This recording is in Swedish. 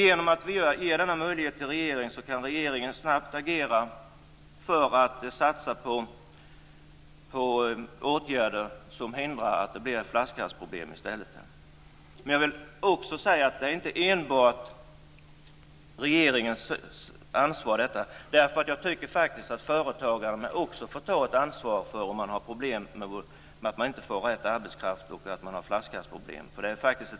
Genom denna möjlighet kan regeringen snabbt agera för att satsa på åtgärder som hindrar att flaskhalsproblem uppstår. Låt mig också säga att detta inte enbart är regeringens ansvar. Jag tycker att företagare också får ta ett ansvar om man har problem med att få rätt arbetsrätt och har flaskhalsproblem.